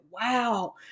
wow